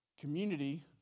Community